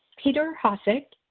petar hossick.